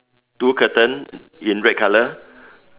two curtain in red colour